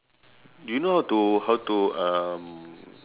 do you know how to how to um